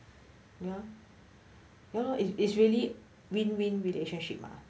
ya lor ya lor it's it's really win win relationship meh